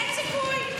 אין סיכוי.